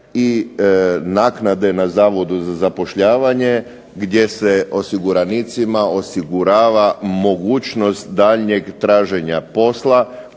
i naknade na Zavodu za zapošljavanje gdje se osiguranicima osigurava mogućnost daljnjeg traženja posla